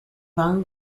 van